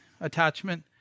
attachment